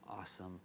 awesome